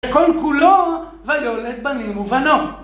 הדרך לגיהינות רצופה בכוונות טובות